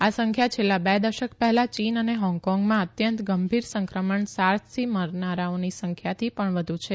આ સંખ્યા છેલ્લા બે દશક હેલા ચીન અને હોંગકોંગમાં અત્યંત ગંભીર સંક્રમણ સાર્સથી મરનારાઓની સંખ્યાથી ણ વધુ છે